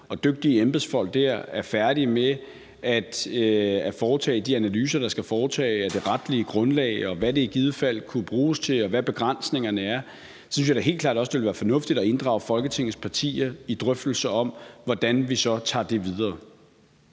de dygtige embedsfolk dér, er færdige med at foretage de analyser, der skal foretages af det retlige grundlag og af, hvad det i givet fald kunne bruges til, og hvad begrænsningerne er, helt bestemt være oplagt og fornuftigt at inddrage Folketingets partier i drøftelser om, hvordan vi så tager det videre.